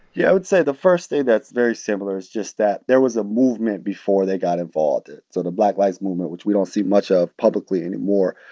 yeah. i would say the first thing that's very similar is just that there was a movement before they got involved. so the black lives movement, which we don't see much ah publicly anymore,